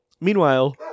Meanwhile